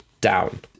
down